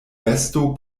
besto